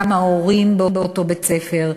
גם ההורים באותו בית-ספר,